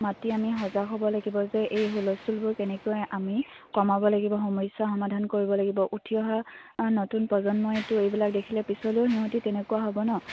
মাতি আমি সজাগ হ'ব লাগিব যে এই হুলস্থুলবোৰ কেনেকৈ আমি কমাব লাগিব সমস্যা সমাধান কৰিব লাগিব উঠি অহা নতুন প্ৰজন্মইটো এইবিলাক দেখিলে পিছলৈও সিহঁতে তেনেকুৱা হ'ব নহ্